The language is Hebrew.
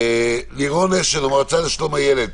לירון אשל, המועצה לשלום הילד,